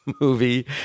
movie